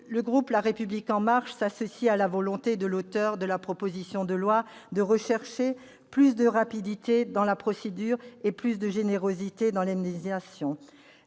Le groupe La République En Marche s'associe à la volonté de l'auteur de la proposition de loi de rechercher plus de rapidité dans la procédure et plus de générosité dans l'indemnisation.